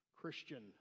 Christian